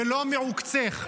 ולא מעוקצך.